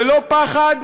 ללא פחד,